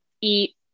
eat